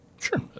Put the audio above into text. Sure